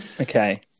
Okay